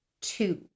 two